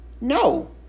no